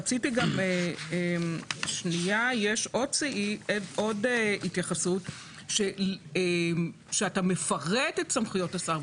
יש עוד התייחסות שאתה מפרט את סמכויות השר,